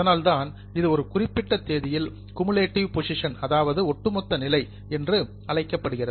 அதனால்தான் இது ஒரு குறிப்பிட்ட தேதியில் குமுலேட்டிவ் பொசிஷன் அதாவது ஒட்டுமொத்த நிலை என்று அழைக்கப்படுகிறது